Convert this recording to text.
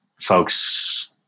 folks